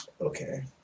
Okay